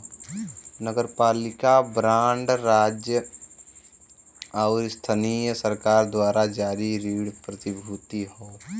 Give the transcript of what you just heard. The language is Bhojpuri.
नगरपालिका बांड राज्य आउर स्थानीय सरकार द्वारा जारी ऋण प्रतिभूति हौ